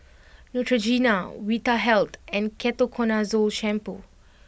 Neutrogena Vitahealth and Ketoconazole shampoo